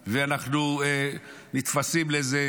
ואנחנו נתפסים לאיזה,